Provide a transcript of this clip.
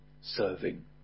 Serving